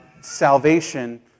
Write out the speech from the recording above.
salvation